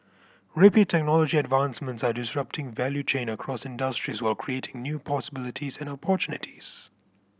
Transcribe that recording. rapid technology advancements are disrupting value chain across industries while creating new possibilities and opportunities